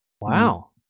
Wow